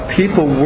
people